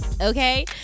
okay